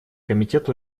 комитет